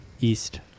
East